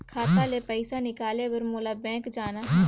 खाता ले पइसा निकाले बर मोला बैंक जाना हे?